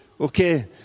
Okay